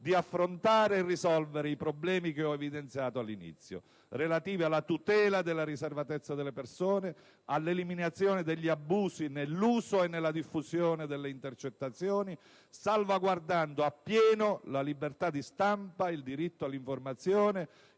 di affrontare e risolvere i problemi che ho evidenziato all'inizio, relativi alla tutela della riservatezza delle persone, all'eliminazione degli abusi nell'uso e nella diffusione delle intercettazioni, salvaguardando appieno la libertà di stampa e il diritto all'informazione,